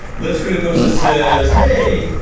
let's create a post that says, hey,